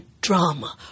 drama